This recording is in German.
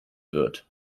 wird